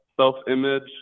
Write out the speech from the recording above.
self-image